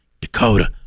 dakota